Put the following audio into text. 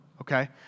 okay